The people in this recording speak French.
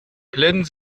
plaine